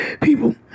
people